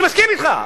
אני מסכים אתך.